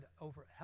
over